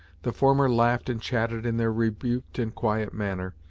the former laughed and chatted in their rebuked and quiet manner,